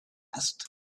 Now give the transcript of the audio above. asked